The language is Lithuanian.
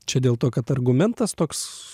čia dėl to kad argumentas toks